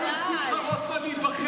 אבל טלי, אנחנו נתנו לשמחה רוטמן להיבחר.